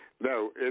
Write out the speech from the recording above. No